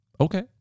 Okay